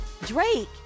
drake